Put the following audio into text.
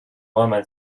woman